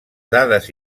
dades